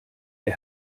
der